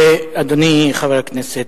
אדוני חבר הכנסת,